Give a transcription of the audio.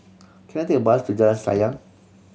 can I take a bus to Jalan Sayang